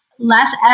Less